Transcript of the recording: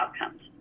outcomes